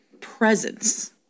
presence